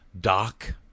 Doc